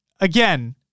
again